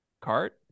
cart